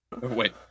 wait